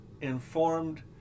informed